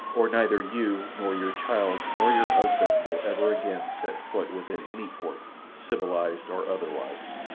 or neither you nor your child nor your husband will ever again set foot within any port, civilized or otherwise.